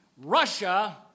Russia